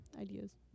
ideas